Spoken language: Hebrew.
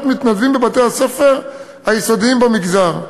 מתנדבים בבתי-הספר היסודיים במגזר,